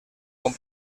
com